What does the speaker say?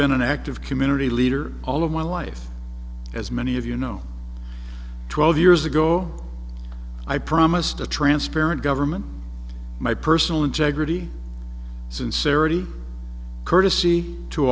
been an active community leader all of my life as many of you know twelve years ago i promised a transparent government my personal integrity and sarah to courtesy to